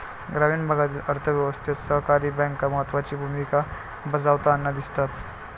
ग्रामीण भागातील अर्थ व्यवस्थेत सहकारी बँका महत्त्वाची भूमिका बजावताना दिसतात